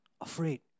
afraid